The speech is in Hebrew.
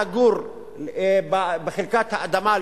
לגור בחלקת האדמה,